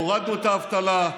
הורדנו את האבטלה,